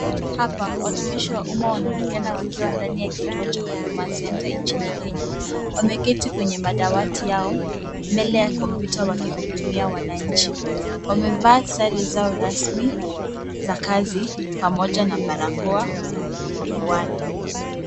Hapa watumishi wa umma wanaonekana wakiwa ndani ya kituo cha huduma centre nchini kenya. Wameketi kwenye madawati yao mbele ya kompyuta wakihudumia wananchi. Wamevaa sare zao rasmi za kazi pamoja na barakoa mapuani.